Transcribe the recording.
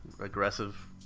aggressive